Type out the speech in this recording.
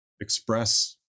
express